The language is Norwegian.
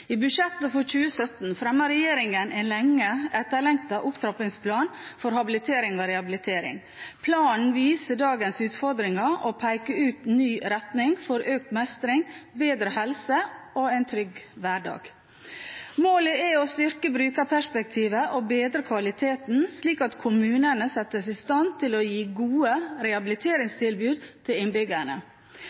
med budsjettet for 2017 fremmer regjeringen en lenge etterlengtet opptrappingsplan for habilitering og rehabilitering. Planen viser dagens utfordringer og peker ut en ny retning for økt mestring, bedre helse og en trygg hverdag. Målet er å styrke brukerperspektivet og bedre kvaliteten, slik at kommunene settes i stand til å gi gode rehabiliteringstilbud til innbyggerne.